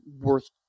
worth